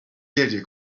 گریه